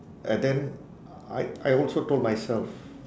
and then I I also told myself